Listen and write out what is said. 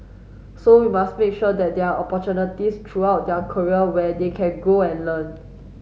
so we must make sure that there are opportunities throughout their career where they can grow and learn